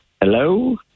Hello